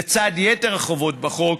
לצד יתר החובות בחוק,